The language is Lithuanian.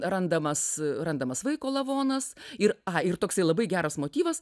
randamas randamas vaiko lavonas ir ir toksai labai geras motyvas